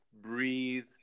breathe